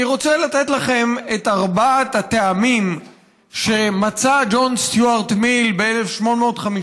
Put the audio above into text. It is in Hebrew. אני רוצה לתת לכם את ארבעת הטעמים שמצא ג'ון סטיוארט מיל ב-1859,